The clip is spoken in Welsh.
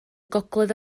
gogledd